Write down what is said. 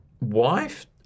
wife